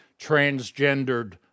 transgendered